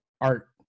Art